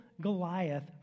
Goliath